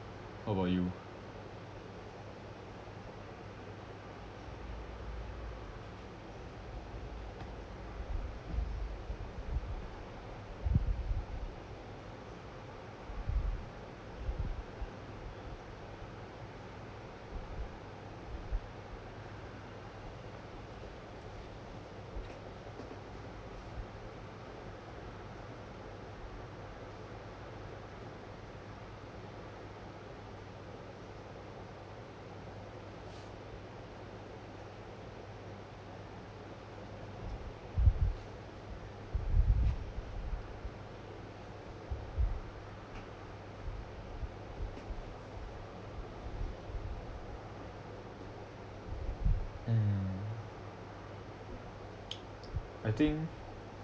how about you mm I think